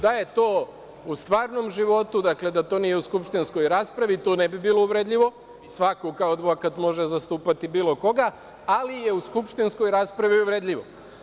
Da je to u stvarnom životu, dakle, da to nije u skupštinskoj raspravi, to ne bi bilo uvredljivo, svako kao advokat može zastupati bilo koga, ali je u skupštinskoj raspravi uvredljivo.